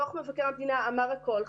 דוח מבקר המדינה אמר הכול,